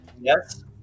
Yes